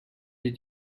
did